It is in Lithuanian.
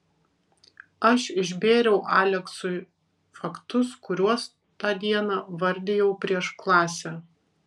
aš išbėriau aleksui faktus kuriuos tą dieną vardijau prieš klasę